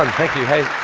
um thank you. hey,